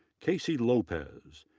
kacie lopez,